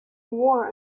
war